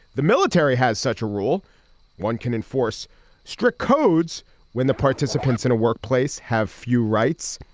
the military has such a rule one can enforce strict codes when the participants in a workplace have few rights.